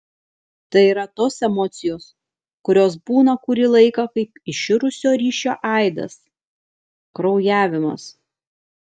tai yra tos emocijos kurios būna kurį laiką kaip iširusio ryšio aidas kraujavimas